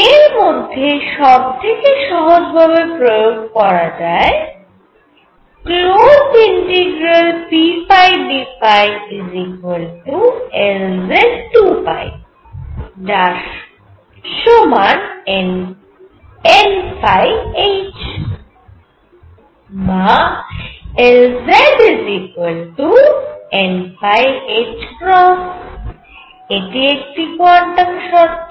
এর মধ্যে সব থেকে সহজ ভাবে প্রয়োগ করা যায় pdϕ Lz2π যার সমান nh বা Lznℏ এটি একটি কোয়ান্টাম শর্ত